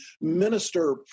minister